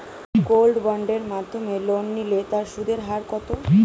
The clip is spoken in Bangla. গোল্ড বন্ডের মাধ্যমে লোন নিলে তার সুদের হার কত?